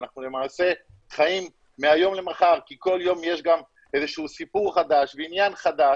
ואנחנו למעשה חיים מהיום למחר כי כל יום יש גם סיפור חדש ועניין חדש,